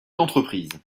d’entreprises